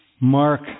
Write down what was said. Mark